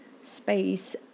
space